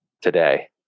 today